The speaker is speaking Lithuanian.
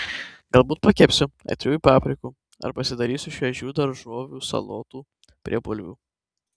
galbūt pakepsiu aitriųjų paprikų ar pasidarysiu šviežių daržovių salotų prie bulvių